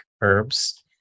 herbs